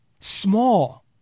Small